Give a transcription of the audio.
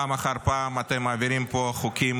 פעם אחר פעם אתם מעבירים פה חוקים